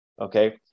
okay